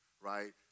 right